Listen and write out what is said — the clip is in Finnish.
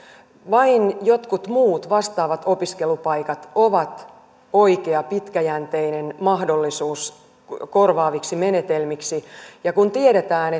vain jotkut muut vastaavat opiskelupaikat ovat oikea pitkäjänteinen mahdollisuus korvaaviksi menetelmiksi ja kun tiedetään